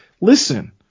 listen